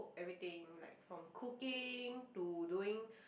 everything like from cooking to doing